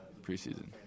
preseason